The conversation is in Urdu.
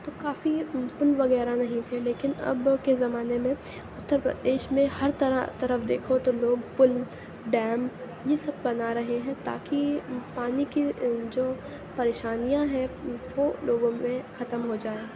تو کافی اوپن وغیرہ نہیں تھے لیکن اب کے زمانے میں اُترپردیش میں ہر طرح طرف دیکھو تو لوگ پل ڈیم یہ سب بنا رہے ہیں تا کہ پانی کی جو پریشانیاں ہیں وہ لوگوں میں ختم ہو جائے